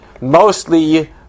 Mostly